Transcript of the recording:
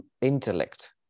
intellect